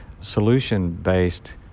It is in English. solution-based